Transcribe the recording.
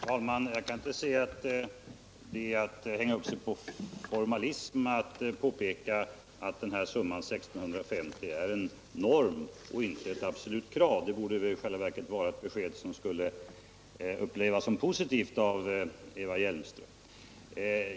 Herr talman! Jag kan inte se att det är att hänga upp sig på formalism att påpeka att summan 1 650 kr. är en norm och inte ett absolut krav. Det borde i själva verket vara ett besked som skulle upplevas positivt av Eva Hjelm ström.